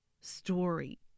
story